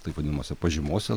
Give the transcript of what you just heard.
taip vadinamose pažymose